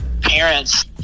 parents